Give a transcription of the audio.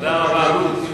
תודה רבה.